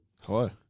Hi